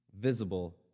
visible